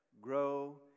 grow